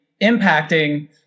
impacting